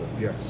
Yes